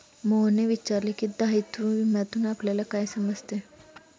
मोहनने विचारले की, दायित्व विम्यातून आपल्याला काय समजते?